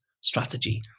strategy